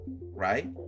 Right